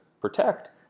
protect